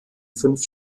fünf